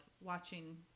watching